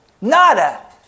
Nada